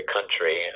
country